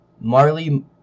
Marley